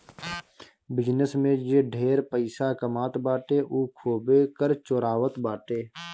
business में जे ढेर पइसा कमात बाटे उ खूबे कर चोरावत बाटे